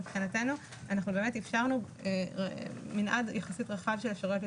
מבחינתנו אנחנו באמת אפשרנו מנעד יחסית רחב של אפשרויות לצמצום מגעים.